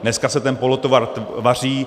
Dneska se ten polotovar vaří.